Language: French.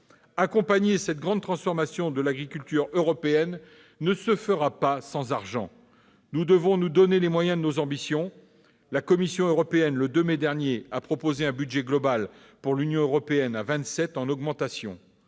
Accompagner cette grande transformation de l'agriculture européenne ne se fera pas sans argent. Nous devons nous donner les moyens de nos ambitions. Le 2 mai dernier, la Commission européenne a proposé un budget global pour l'Union européenne à vingt-sept en augmentation,